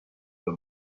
the